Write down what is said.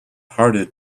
harder